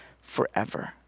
forever